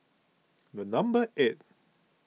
the number eight